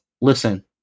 listen